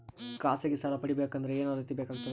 ಖಾಸಗಿ ಸಾಲ ಪಡಿಬೇಕಂದರ ಏನ್ ಅರ್ಹತಿ ಬೇಕಾಗತದ?